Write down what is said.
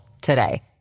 today